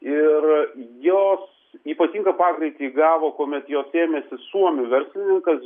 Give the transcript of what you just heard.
ir jos ypatingą pagreitį įgavo kuomet jos ėmėsi suomių verslininkas